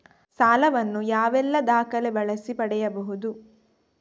ಸಾಲ ವನ್ನು ಯಾವೆಲ್ಲ ದಾಖಲೆ ಬಳಸಿ ಪಡೆಯಬಹುದು?